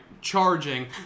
charging